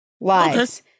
Lies